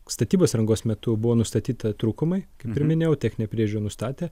statybos rangos metu buvo nustatyta trūkumai kai pirminę jau techninę priežiūrą nustatė